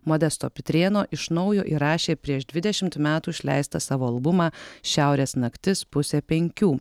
modesto pitrėno iš naujo įrašė prieš dvidešimt metų išleistą savo albumą šiaurės naktis pusė penkių